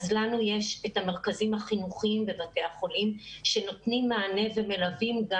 אז לנו יש את המרכזים החינוכיים בבתי החולים שנותנים מענה ומלווים גם